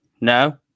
No